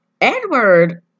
edward